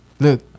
Look